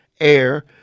air